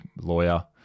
lawyer